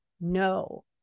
no